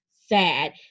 sad